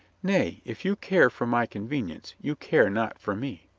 nay, if you care for my convenience, you care not for me.